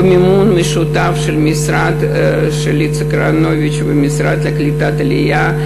זה במימון משותף של המשרד של איציק אהרונוביץ והמשרד לקליטת העלייה.